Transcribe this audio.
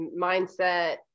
mindset